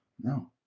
No